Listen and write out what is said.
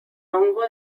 hongo